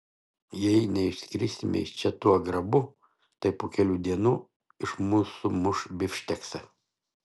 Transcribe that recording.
jei neišskrisime iš čia tuo grabu tai po kelių dienų iš mūsų muš bifšteksą